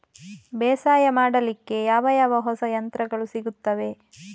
ಬೇಸಾಯ ಮಾಡಲಿಕ್ಕೆ ಯಾವ ಯಾವ ಹೊಸ ಯಂತ್ರಗಳು ಸಿಗುತ್ತವೆ?